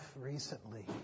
recently